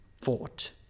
fought